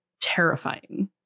terrifying